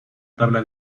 tabla